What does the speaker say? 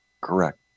Correct